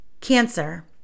Cancer